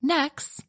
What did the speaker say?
Next